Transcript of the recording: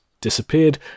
disappeared